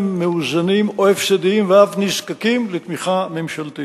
מאוזנים או הפסדיים ואף נזקקים לתמיכה ממשלתית.